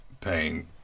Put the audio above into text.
paying